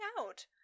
out